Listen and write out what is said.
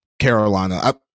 Carolina